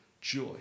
joy